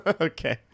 Okay